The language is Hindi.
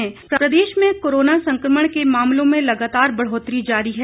कोरोना प्रदेश में कोरोना संकमण के मामलों में लगातार बढ़ोतरी जारी है